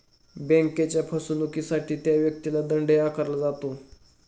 बँकेच्या फसवणुकीसाठी त्या व्यक्तीला दंडही आकारला जातो